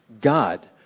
God